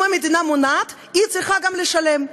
אם המדינה מונעת, היא צריכה גם לשלם.